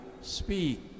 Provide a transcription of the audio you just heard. speak